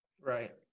Right